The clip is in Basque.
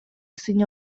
ezin